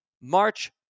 March